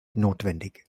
notwendig